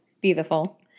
beautiful